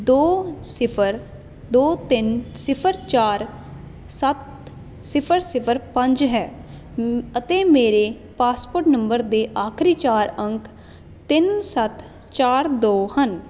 ਦੋ ਸਿਫਰ ਦੋ ਤਿੰਨ ਸਿਫਰ ਚਾਰ ਸੱਤ ਸਿਫਰ ਸਿਫਰ ਪੰਜ ਹੈ ਅਤੇ ਮੇਰੇ ਪਾਸਪੋਰਟ ਨੰਬਰ ਦੇ ਆਖਰੀ ਚਾਰ ਅੰਕ ਤਿੰਨ ਸੱਤ ਚਾਰ ਦੋ ਹਨ